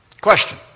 Question